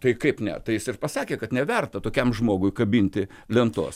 tai kaip ne tai jis ir pasakė kad neverta tokiam žmogui kabinti lentos